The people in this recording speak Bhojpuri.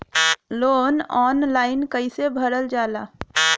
लोन ऑनलाइन कइसे भरल जाला?